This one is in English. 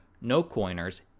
no-coiners